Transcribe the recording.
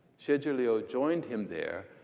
xie zhiliu joined him there,